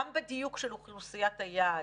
גם בדיוק של אוכלוסיית היעד